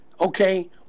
Okay